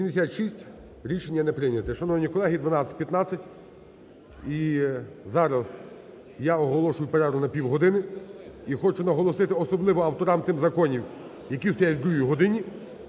86, рішення не прийняте. Шановні колеги, 12.15, і зараз я оголошую перерву на півгодини. І хочу наголосити особливо авторам тих законів, які стоять о другій годині,